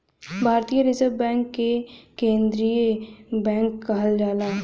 भारतीय reserve bank के केन्द्रीय बैंक कहल जाला